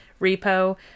Repo